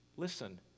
Listen